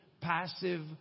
passive